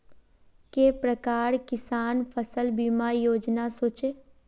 के प्रकार किसान फसल बीमा योजना सोचें?